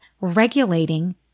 regulating